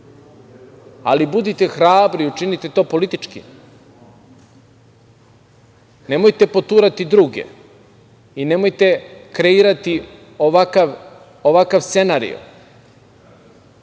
ali budite hrabri i učinite to politički. Nemojte poturati druge i nemojte kreirati ovakav scenario.